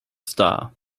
star